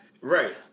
Right